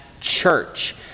church